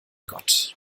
gott